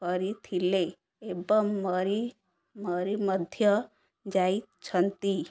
କରିଥିଲେ ଏବଂ ମରି ମରି ମଧ୍ୟ ଯାଇଛନ୍ତି